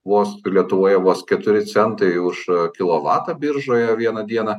vos lietuvoje vos keturi centai už kilovatą biržoje vieną dieną